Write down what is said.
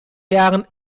jahren